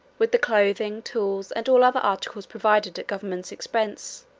with the cloathing, tools, and all other articles provided at government's expense